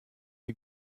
die